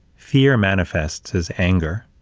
fear manifests as anger,